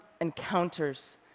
encounters